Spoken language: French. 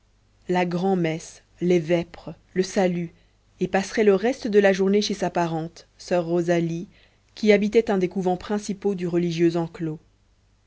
la grand'messe les vêpres le salut et passerait le reste de la journée chez sa parente soeur rosalie qui habitait un des couvents principaux du religieux enclos